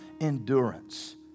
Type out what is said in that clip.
endurance